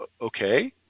okay